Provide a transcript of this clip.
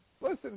listen